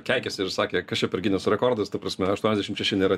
keikėsi ir sakė kas čia per gineso rekordas ta prasme aštuoniasdešim šeši nėra